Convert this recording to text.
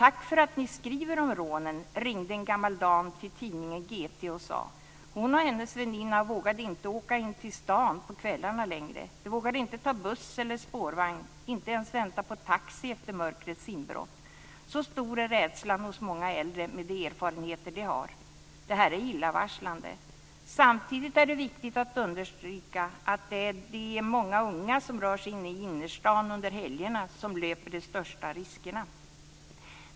En gammal dam ringde till tidningen GT och sade: Tack för att ni skriver om rånen. Hon och hennes väninna vågade inte åka in till stan på kvällarna längre. De vågade inte ta buss eller spårvagn och inte ens vänta på taxi efter mörkrets inbrott. Så stor är rädslan hos många äldre med de erfarenheter som de har. Detta är illavarslande. Samtidigt är det viktigt att understryka att det är de många unga som rör sig inne i innerstaden under helgerna som löper de största riskerna.